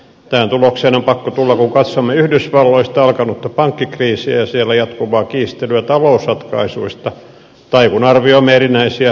tähän tulokseen on pakko tulla kun katsomme yhdysvalloista alkanutta pankkikriisiä ja siellä jatkuvaa kiistelyä talousratkaisuista tai kun arvioimme erinäisiä talousratkaisuja euroopassa